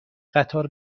قطار